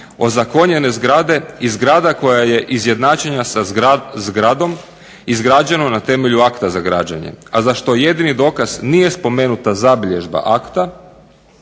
ozakonjene zgrade i zgrada koja je izjednačena sa zgradom izgrađenom na temelju akta za građenje, a za što jedini dokaz nije spomenuta zabilježba akta